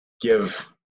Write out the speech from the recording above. give